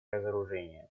разоружения